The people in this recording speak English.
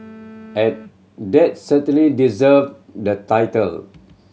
and that certainly deserve the title